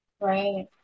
Right